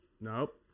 Nope